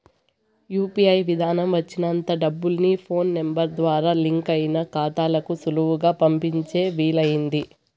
UPI విదానం వచ్చినంత డబ్బుల్ని ఫోన్ నెంబరు ద్వారా లింకయిన కాతాలకు సులువుగా పంపించే వీలయింది